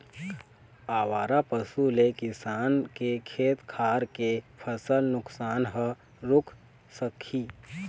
आवारा पशु ले किसान के खेत खार के फसल नुकसान ह रूक सकही